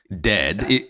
dead